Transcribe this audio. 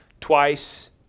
twice